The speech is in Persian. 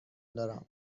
دارم